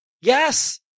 Yes